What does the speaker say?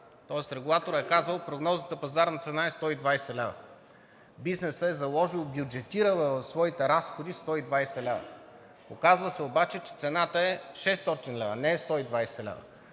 тоест Регулаторът е казал: прогнозната пазарна цена е 120 лв. Бизнесът е заложил, бюджетирал е в своите разходи 120 лв. Оказва се обаче, че цената е 600 лв., не е 120 лв.